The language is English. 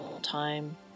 time